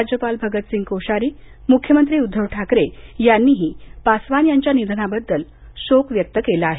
राज्यपाल भगतसिंग कोश्यारी मूख्यमंत्री उद्धव ठाकरे यांनीही पासवान यांच्या निधनाबद्दल शोक व्यक्त केला आहे